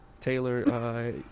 Taylor